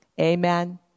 Amen